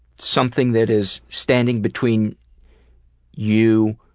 something that is standing between you